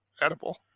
edible